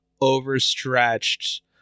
overstretched